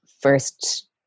first